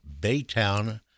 Baytown